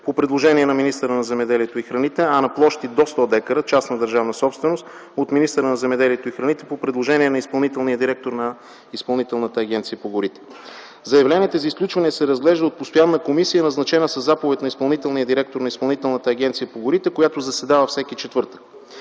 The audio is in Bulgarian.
по предложение на министъра на земеделието и храните, а на площ до 100 дка – частна държавна собственост, от министъра на земеделието и храните по предложение на изпълнителния директор на Изпълнителната агенция по горите. Заявлението за изключване се разглежда от постоянна комисия, назначена със заповед на изпълнителния директор на Изпълнителната агенция по горите, която заседава всеки четвъртък.